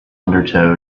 undertow